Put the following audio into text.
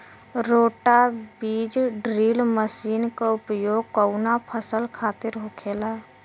रोटा बिज drill machine के उपयोग कऊना फसल खातिर होखेला?